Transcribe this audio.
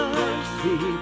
mercy